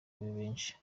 benshi